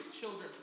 children